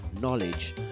knowledge